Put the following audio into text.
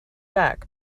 back